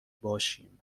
باشیم